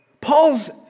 Paul's